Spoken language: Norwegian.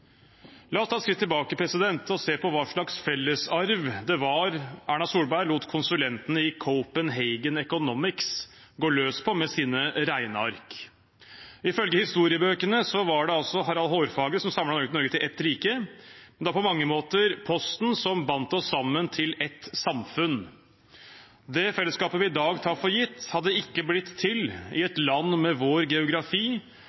La oss ta et skritt tilbake og se på hva slags fellesarv Erna Solberg lot konsulentene i Copenhagen Economics gå løs på med sine regneark. Ifølge historiebøkene var det altså Harald Hårfagre som samlet Norge til ett rike. Men det var på mange måter posten som bandt oss sammen til ett samfunn. Det fellesskapet vi i dag tar for gitt, hadde ikke blitt til i